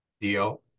deal